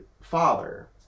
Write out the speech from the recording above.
Father